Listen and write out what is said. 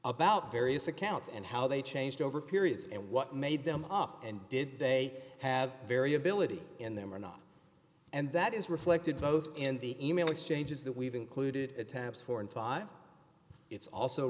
about various accounts and how they changed over periods and what made them up and did they have variability in them or not and that is reflected both in the e mail exchanges that we've included attempts four and five it's also